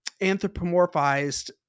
anthropomorphized